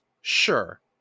sure